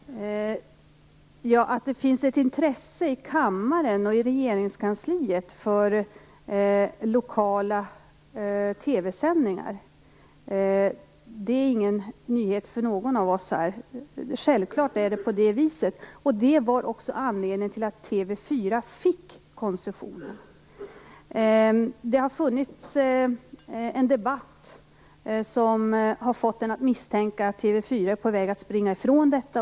Herr talman! Det är ingen nyhet för oss att det finns ett intresse i kammaren och i regeringskansliet för lokala TV-sändningar. Självklart finns det, och det var också anledningen till att TV 4 fick koncession. Det har funnits en debatt som har fått en att misstänka att TV 4 är på väg att springa ifrån detta.